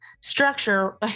structure